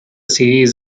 series